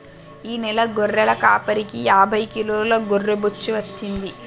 ఈ నెల గొర్రెల కాపరికి యాభై కిలోల గొర్రె బొచ్చు వచ్చింది